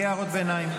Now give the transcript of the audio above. למה בלי הערות ביניים?